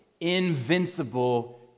invincible